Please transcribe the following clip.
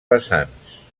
vessants